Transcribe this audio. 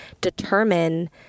determine